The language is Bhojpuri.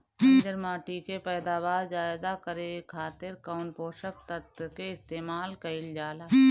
बंजर माटी के पैदावार ज्यादा करे खातिर कौन पोषक तत्व के इस्तेमाल कईल जाला?